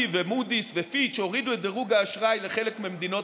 היא ומודי'ס ופיץ' הורידו את דירוג האשראי בחלק ממדינות